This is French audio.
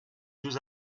deux